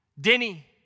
Denny